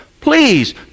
Please